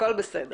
הכול בסדר.